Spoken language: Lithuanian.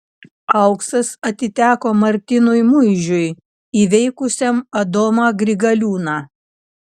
auksas atiteko martynui muižiui įveikusiam adomą grigaliūną